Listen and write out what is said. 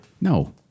No